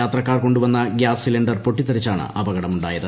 യാത്രക്കാർ കൊണ്ടു വന്ന ഗൃാസ് സിലിണ്ടർ പൊട്ടിത്തെറിച്ചാണ് അപകടമുണ്ടായത്